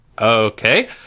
Okay